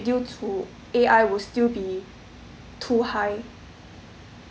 due to A_I will still be too high